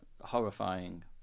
horrifying